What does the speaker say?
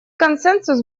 консенсус